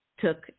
took